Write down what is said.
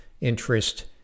interest